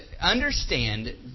understand